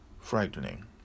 frightening